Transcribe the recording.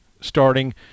starting